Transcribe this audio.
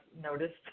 noticed